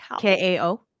k-a-o